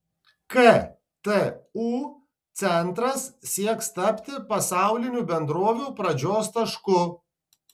ktu centras sieks tapti pasaulinių bendrovių pradžios tašku